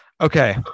Okay